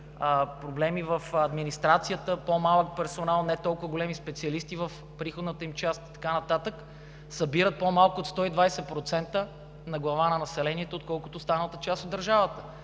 проблеми в администрацията, по-малък персонал, не толкова големи специалисти в приходната им част и така нататък, събират по-малко от 120% на глава от населението, отколкото останалата част от държавата.